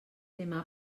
demà